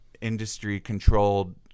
industry-controlled